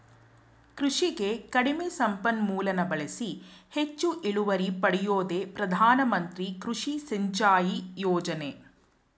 ಕೃಷಿಗೆ ಕಡಿಮೆ ಸಂಪನ್ಮೂಲನ ಬಳ್ಸಿ ಹೆಚ್ಚು ಇಳುವರಿ ಪಡ್ಯೋದೇ ಪ್ರಧಾನಮಂತ್ರಿ ಕೃಷಿ ಸಿಂಚಾಯಿ ಯೋಜ್ನೆ